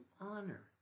honor